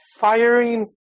firing